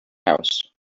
house